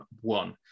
one